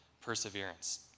perseverance